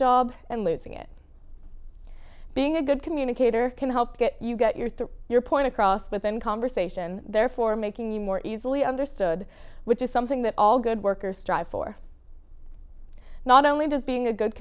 job and losing it being a good communicator can help get you get your your point across but then conversation therefore making you more easily understood which is something that all good workers strive for not only does being a good